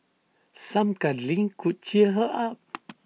some cuddling could cheer her up